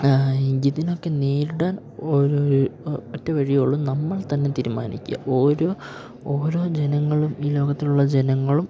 ഇതിനൊക്കെ നേരിടാൻ ഒരു ഒറ്റ വഴിയേ ഒള്ളു നമ്മൾ തന്നെ തീരുമാനിക്കുക ഓരോ ഓരോ ജനങ്ങളും ഈ ലോകത്തിലുള്ള ജനങ്ങളും